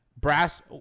Brass